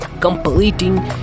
completing